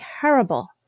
terrible